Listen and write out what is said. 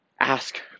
ask